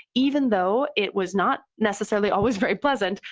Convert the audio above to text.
even though it was not necessarily always very pleasant,